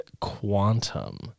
Quantum